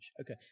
okay